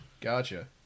Gotcha